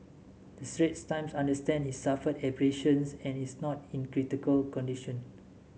the Straits Times understands he suffered abrasions and is not in critical condition